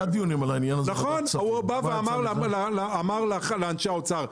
הוא אמר לאנשי האוצר: